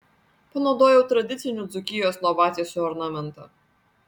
panaudojau tradicinių dzūkijos lovatiesių ornamentą